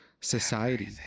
society